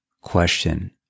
question